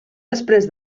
després